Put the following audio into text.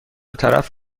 طرف